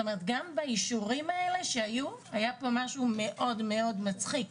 גם באישורים שהיו היה משהו מאוד מצחיק.